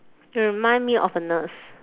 you remind me of a nurse